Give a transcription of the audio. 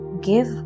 give